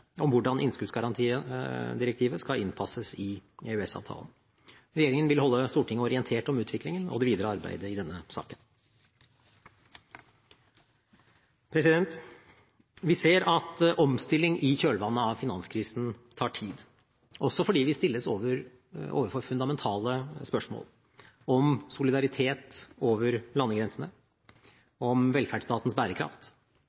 om utviklingen og det videre arbeidet i denne saken. Vi ser at omstilling i kjølvannet av finanskrisen tar tid, også fordi vi stilles overfor fundamentale spørsmål om solidaritet over